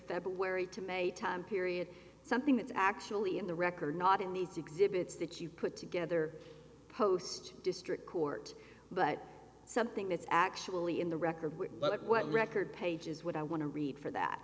february to may time period something that's actually in the record not in these exhibits that you put together post district court but something that's actually in the record which but what record page is what i want to read for that